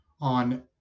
on